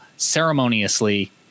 ceremoniously